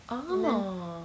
oh